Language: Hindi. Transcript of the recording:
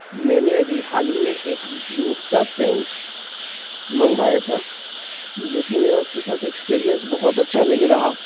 मैंने अभी हाल ही में एक जीन्स का पेंट मंगवाया था जो कि मेरा उसके साथ एक्सपीरियंस बहुत अच्छा नहीं रहा